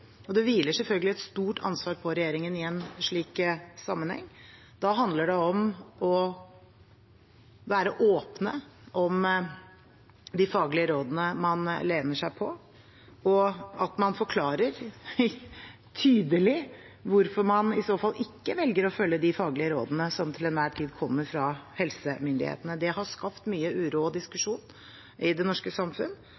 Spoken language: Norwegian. og det hviler selvfølgelig et stort ansvar på regjeringen i en slik sammenheng. Da handler det om å være åpen om de faglige rådene man lener seg på, og at man forklarer tydelig hvorfor man i så fall ikke velger å følge de faglige rådene som til enhver tid kommer fra helsemyndighetene. Det har skapt mye uro og